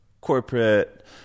corporate